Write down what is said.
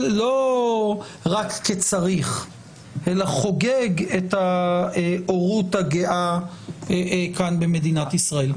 לא רק כי צריך אלא חוגג את ההורות הגאה כאן במדינת ישראל.